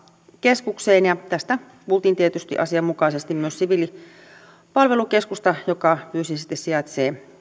keskukseen ja tästä kuultiin tietysti asianmukaisesti myös siviilipalvelukeskusta joka fyysisesti sijaitsee